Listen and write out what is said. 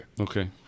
Okay